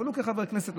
אבל הוא כחבר כנסת,